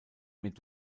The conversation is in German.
mit